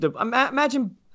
imagine